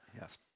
Yes